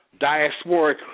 diasporic